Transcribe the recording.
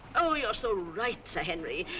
oh, you're so right, sir henry.